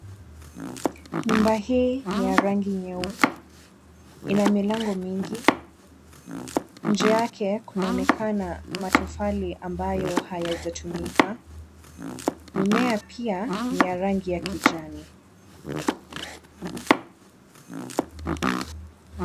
Nyumba hii ni ya rangi nyeupe. Ina milango mingi. Nje yake kunaonekana matofali ambayo hayajatumika. Mimea pia ni ya rangi ya kijani.